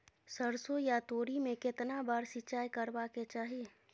सरसो या तोरी में केतना बार सिंचाई करबा के चाही?